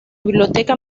biblioteca